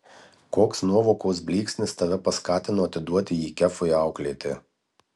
koks nuovokos blyksnis tave paskatino atiduoti jį kefui auklėti